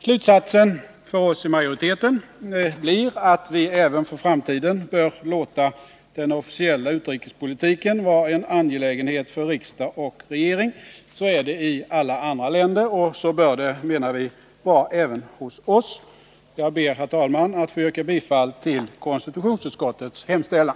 Slutsatsen för oss i utskottsmajoriteten blir att vi även för framtiden bör låta den officiella utrikespolitiken vara en angelägenhet för riksdag och regering. Så är det i alla andra länder och så bör det nog vara även hos oss. Jag ber, herr talman, att få yrka bifall till konstitutionsutskottets hemställan.